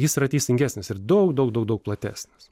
jis yra teisingesnis ir daug daug daug platesnis